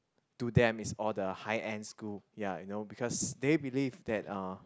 to them is all the high end school ya you know because they believe that uh